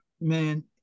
man